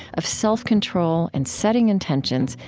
of self-control and setting intentions,